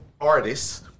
artists